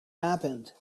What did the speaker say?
happened